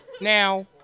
Now